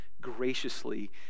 graciously